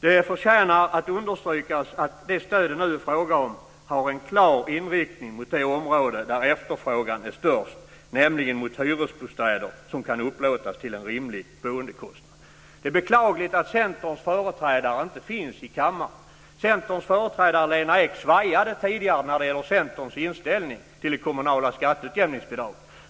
Det förtjänar att understrykas att det stöd som det nu är fråga om har en klar inriktning mot det område där efterfrågan är störst, nämligen mot hyresbostäder som kan upplåtas till en rimlig boendekostnad. Det är beklagligt att Centerns företrädare inte finns i kammaren. Centerns företrädare Lena Ek svajade tidigare när det gällde Centerns inställning till det kommunala skatteutjämningsbidraget.